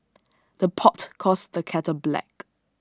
the pot calls the kettle black